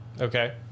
Okay